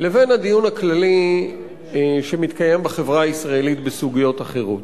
לבין הדיון הכללי שמתקיים בחברה הישראלית בסוגיות אחרות.